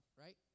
right